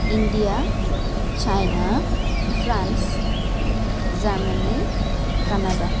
India China France Germany Canada